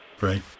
right